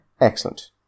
excellent